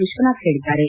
ವಿಶ್ವನಾಥ್ ಹೇಳಿದ್ದಾರೆ